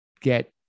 get